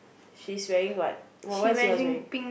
she's wearing what what's yours wearing